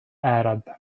arab